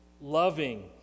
loving